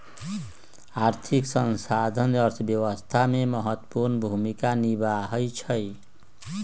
आर्थिक संस्थान अर्थव्यवस्था में महत्वपूर्ण भूमिका निमाहबइ छइ